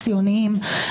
ציוניים,